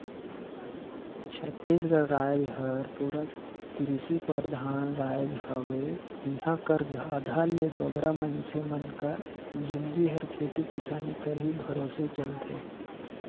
छत्तीसगढ़ राएज हर पूरा किरसी परधान राएज हवे इहां कर आधा ले बगरा मइनसे मन कर जिनगी हर खेती किसानी कर ही भरोसे चलथे